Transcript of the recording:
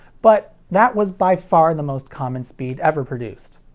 but that was by far the most common speed ever produced.